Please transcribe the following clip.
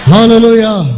Hallelujah